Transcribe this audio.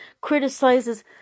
criticizes